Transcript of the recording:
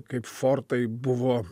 kaip fortai buvo